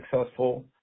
successful